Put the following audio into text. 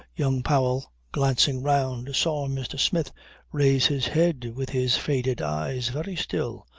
young powell, glancing round, saw mr. smith raise his head with his faded eyes very still,